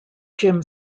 jim